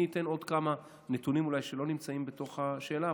אני אתן עוד כמה נתונים שלא נמצאים בשאלה,